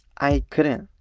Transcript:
i couldn't.